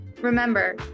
Remember